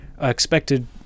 expected